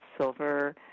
Silver